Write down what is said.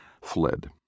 fled